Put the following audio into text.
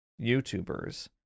YouTubers